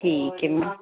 ठीक है मैम